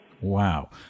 Wow